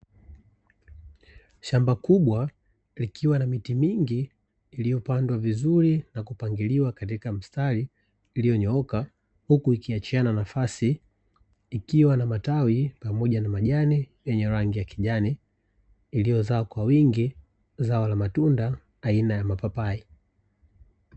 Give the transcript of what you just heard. Shamba kubwa likiwa na miti mingi iliyopandwa vizuri na kupangiliwa katika mstari iliyo nyooka huku ikiachiana nafasi, ikiwa na matawi pamoja na majani yenye rangi ya kijani, iliyo zaa kwa wingi zao la matunda aina ya mapapai.